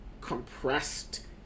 compressed